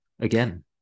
Again